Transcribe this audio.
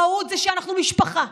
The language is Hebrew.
המהות היא שאנחנו משפחה.